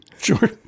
Sure